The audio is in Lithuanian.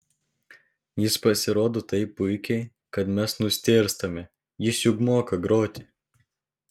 jis pasirodo taip puikiai kad mes nustėrstame jis juk moka groti